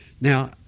now